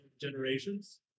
generations